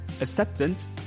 acceptance